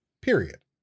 period